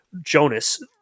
Jonas